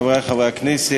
לצוות הוועדה: